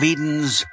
Eden's